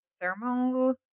thermal